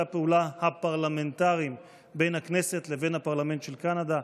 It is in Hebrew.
הפעולה הפרלמנטריים בין הכנסת לבין הפרלמנט של קנדה.